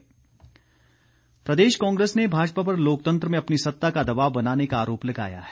राठौर प्रदेश कांग्रेस ने भाजपा पर लोकतंत्र में अपनी सत्ता का दबाव बनाने का आरोप लगाया है